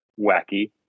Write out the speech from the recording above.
wacky